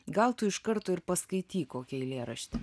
gal tu iš karto ir paskaityk kokį eilėraštį